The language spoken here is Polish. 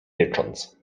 rycząc